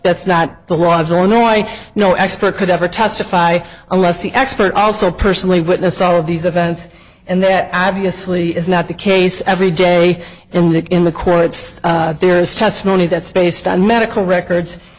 that's not the roger or no i no expert could ever testify unless the expert also personally witness all of these events and that obviously is not the case every day and in the courts there is testimony that's based on medical records